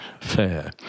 fair